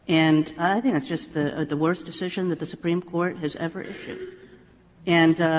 and i think it's just the the worst decision that the supreme court has ever issued and